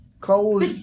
cold